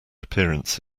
appearance